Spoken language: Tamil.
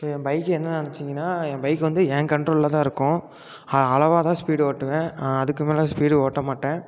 இப்போ என் பைக்கை என்ன நெனச்சிங்கன்னால் என் பைக் வந்து என் கண்ட்ரோலில்தான் இருக்கும் அது அளவாகதான் ஸ்பீடு ஓட்டுவேன் அதுக்கு மேலே ஸ்பீடு ஓட்ட மாட்டேன்